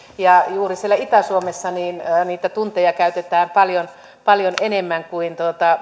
ja juuri siellä itä suomessa niitä tunteja käytetään paljon paljon enemmän kuin